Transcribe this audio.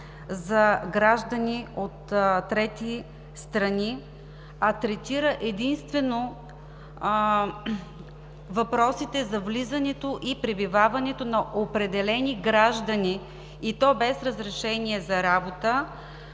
за граждани от трети страни, а третира единствено въпросите за влизането и пребиваването на определени граждани, и то без разрешение за работа